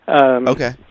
Okay